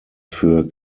für